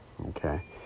okay